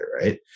right